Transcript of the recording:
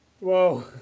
Whoa